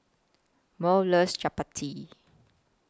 Maud loves Chapati